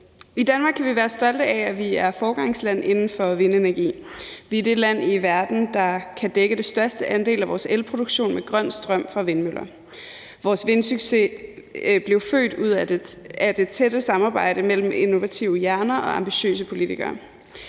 I Danmark kan vi være stolte af, at vi er et foregangsland inden for vindenergi. Vi er det land i verden, der kan dække den største andel af vores elproduktion med grøn strøm fra vindmøller. Vores vindsucces blev født ud af det tætte samarbejde mellem innovative hjerner og ambitiøse politikere.